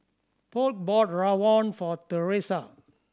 Polk bought rawon for Teressa